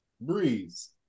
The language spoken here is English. Breeze